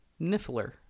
Niffler